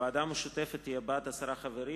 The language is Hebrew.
הוועדה המשותפת תהיה בת עשרה חברים,